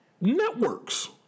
networks